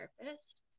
therapist